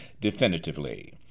definitively